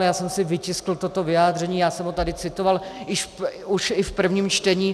Já jsem si vytiskl toto vyjádření, já jsem ho tady citoval už i v prvním čtení.